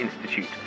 Institute